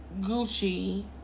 Gucci